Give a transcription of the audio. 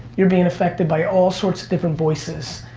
you're being affected by all sorts of different voices.